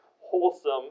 wholesome